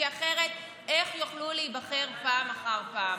כי אחרת איך יוכלו להיבחר פעם אחר פעם?